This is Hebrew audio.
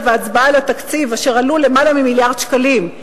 ההצבעה על התקציב אשר עלו למעלה ממיליארד שקלים,